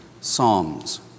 psalms